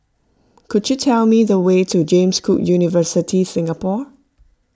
could you tell me the way to James Cook University Singapore